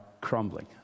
crumbling